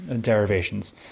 derivations